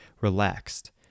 Relaxed